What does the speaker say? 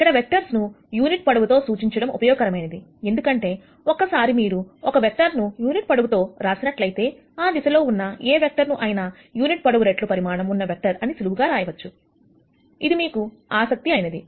ఇక్కడ వెక్టర్స్ ను యూనిట్ పొడవుతో సూచించడం ఉపయోగకరమైనది ఎందుకంటే ఒక్కసారి మీరు ఒక వెక్టర్ ను యూనిట్ పొడవుతో రాసినట్లైతే ఆ దిశలో ఉన్న ఏ వెక్టర్ ను అయినా యూనిట్ పొడవు రెట్లు పరిమాణము ఉన్న వెక్టర్ అని సులువుగా రాయవచ్చు అది మీకు ఆసక్తి అయినది